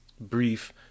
brief